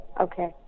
Okay